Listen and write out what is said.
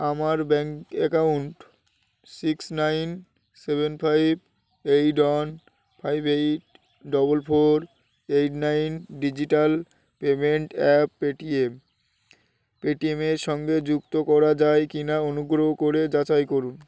আমার bank account six nine seven five eight one five eight double four eight nine digital payment app Paytm পেটিএমের সঙ্গে যুক্ত করা যায় কি না অনুগ্রহ করে যাচাই করুন